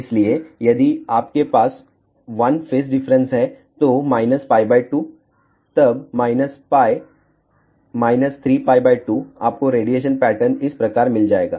इसलिए यदि आप के पास 1 फेज डिफरेंस है तो π 2 तब π 3π 2 आपको रेडिएशन पैटर्न इस प्रकार मिल जाएगा